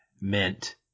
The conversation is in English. meant